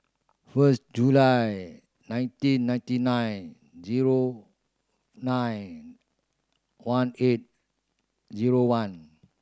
first July ninety ninety nine zero nine one eight zero one